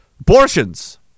abortions